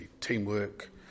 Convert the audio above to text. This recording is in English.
teamwork